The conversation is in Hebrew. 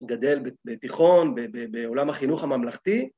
‫גדל בתיכון, בעולם החינוך הממלכתי.